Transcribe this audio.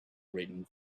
written